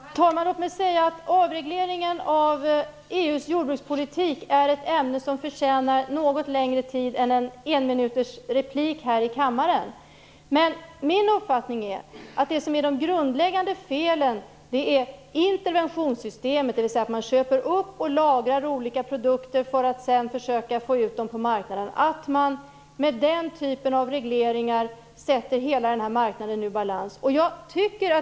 Herr talman! Låt mig säga att avregleringen av EU:s jordbrukspolitik är ett ämne som förtjänar något längre tid än en enminutsreplik här i kammaren. Min uppfattning är att det grundläggande felet är interventionssystemet, dvs. att man köper upp och lagrar olika produkter för att sedan försöka få ut dem på marknaden och att man med den typen av regleringar sätter hela marknaden ur balans.